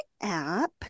app